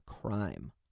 crime